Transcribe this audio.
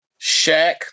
Shaq